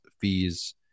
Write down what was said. fees